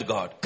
God